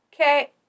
okay